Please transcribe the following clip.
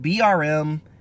BRM